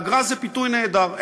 ואגרה זה פיתוי נהדר,